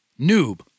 Noob